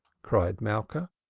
cried malka.